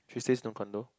she stays in a condo